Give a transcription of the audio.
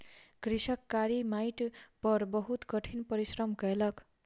कृषक कारी माइट पर बहुत कठिन परिश्रम कयलक